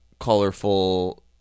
Colorful